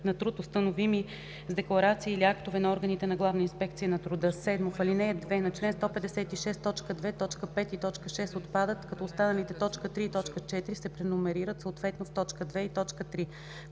на труд, установимо с декларация или актове на органите на Главна инспекция на труда.”; 7. В ал. 2 на чл. 156 т. 2, т. 5 и т. 6 отпадат, като останалите т. 3 и т. 4 се преномерират съответно в т. 2 и т.